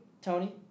tony